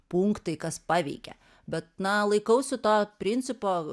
punktai kas paveikė bet na laikausi to principo